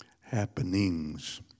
happenings